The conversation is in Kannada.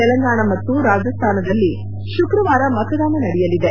ತೆಲಂಗಾಣ ಮತ್ತು ರಾಜಸ್ಥಾನದಲ್ಲಿ ಶುಕ್ರವಾರ ಮತದಾನ ನಡೆಯಲಿದೆ